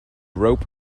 rope